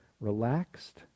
Relaxed